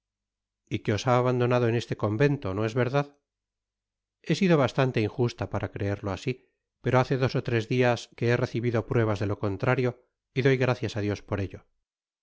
y qué os ha abandonado en este convento no es verdad he sido bastante injusta para creerlo asi pero hace dos ó tresdias que ha recibido pruebas de lo contrario y doy gracias a dios por ello